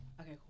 Okay